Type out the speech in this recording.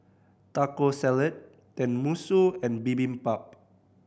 Taco Salad Tenmusu and Bibimbap